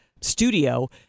studio